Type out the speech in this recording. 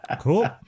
Cool